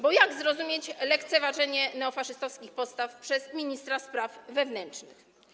Bo jak rozumieć lekceważenie neofaszystowskich postaw przez ministra spraw wewnętrznych?